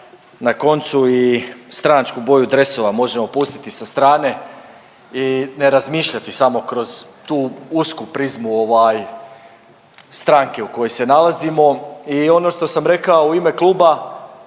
na koncu i stranačku boju dresova možemo pustiti sa strane i ne razmišljati samo kroz tu usku prizmu ovaj stranke u kojoj se nalazimo i ono što sam rekao u ime kluba,